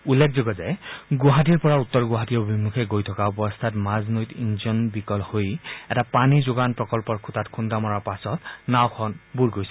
উল্লেখযোগ্য যে গুৱাহাটীৰ পৰা উত্তৰ গুৱাহাটী অভিমূখে গৈ থকা অৱস্থাত মাজ নৈত ইঞ্জিন বিকল হৈ এটা পানী যোগান প্ৰকল্পৰ খৃটাত খৃদ্দা মৰাৰ পাছত নাওঁখন বুৰ গৈছিল